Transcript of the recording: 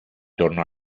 tornò